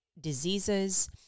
diseases